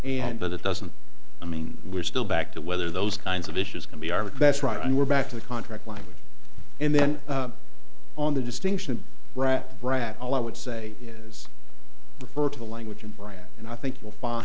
and but it doesn't i mean we're still back to whether those kinds of issues can be our best right and we're back to the contract language and then on the distinction right brad all i would say is refer to the language and brand and i think you'll find